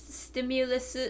stimulus